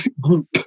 group